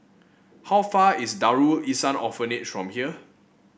how far away is Darul Ihsan Orphanage from here